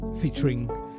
featuring